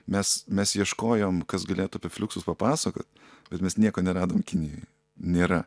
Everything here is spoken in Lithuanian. mes mes ieškojom kas galėtų apie fliuksus papasakot bet mes nieko neradom kinijoj nėra